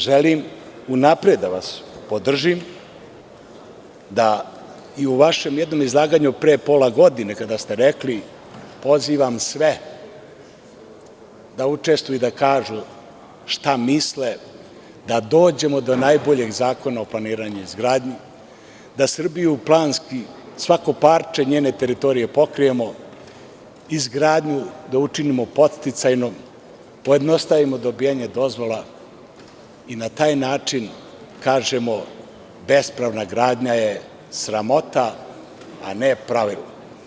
Želim unapred da vas podržim da i u vašem jednom izlaganju pre posla godine kada ste rekli pozivam sve da učestvuju i da kažu šta misle da dođemo do najboljeg Zakona o planiranje izgradnje, da Srbiju planski, svako parče njene teritorije pokrijemo, izgradnju da učinimo podsticajnom, pojednostavimo dobijanje dozvola i na taj način kažemo bespravna gradnja je sramota, a ne pravilo.